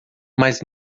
mas